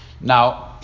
Now